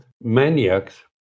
maniacs